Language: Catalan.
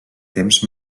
temps